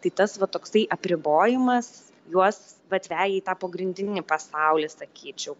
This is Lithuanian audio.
tai tas va toksai apribojimas juos vat veja į tą pogrindinį pasaulį sakyčiau